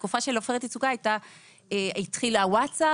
בתקופה של עופרת יצוקה גם התחיל הוואטסאפ,